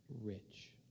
rich